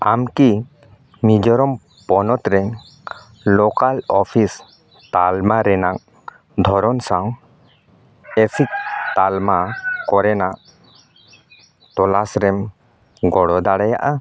ᱟᱢᱠᱤ ᱢᱤᱡᱳᱨᱟᱢ ᱯᱚᱱᱚᱛ ᱨᱮ ᱞᱳᱠᱟᱞ ᱚᱯᱷᱤᱥ ᱛᱟᱞᱢᱟ ᱨᱮᱱᱟᱜ ᱫᱷᱚᱨᱚᱱ ᱥᱟᱶ ᱮᱥᱤᱠ ᱛᱟᱞᱢᱟ ᱠᱚᱨᱮᱱᱟᱜ ᱛᱚᱞᱟᱥ ᱨᱮᱢ ᱜᱚᱲᱚ ᱫᱟᱲᱮᱭᱟᱜᱼᱟ